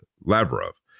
Lavrov